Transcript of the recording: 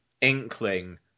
inkling